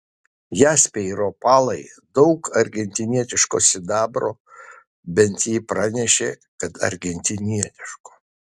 jaspiai ir opalai daug argentinietiško sidabro bent ji pranešė kad argentinietiško